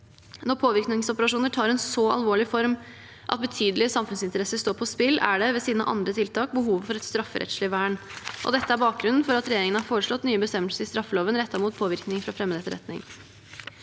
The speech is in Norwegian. Når påvirkningsoperasjoner tar en så alvorlig form at betydelige samfunnsinteresser står på spill, er det – ved siden av andre tiltak – behov for et strafferettslig vern. Dette er bakgrunnen for at regjeringen har foreslått nye bestemmelser i straffeloven rettet mot påvirkning fra fremmed etterretning.